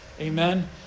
Amen